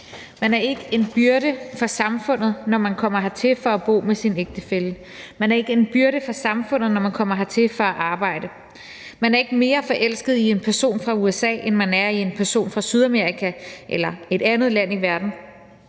Man er ikke en byrde for samfundet, når man kommer hertil for at bo med sin ægtefælle. Man er ikke en byrde for samfundet, når man kommer hertil for at arbejde. Man er ikke mere forelsket i en person fra USA, end man er i en person fra Sydamerika eller et andet land i verden.